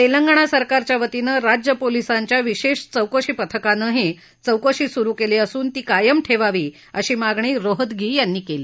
तेलंगणा सरकारच्या वतीनं राज्य पोलीसांचं विशेष चौकशी पथकानंही चौकशी स्रु केली असून ती कायम ठेवावी अशी मागणी रोहतगी यांनी केली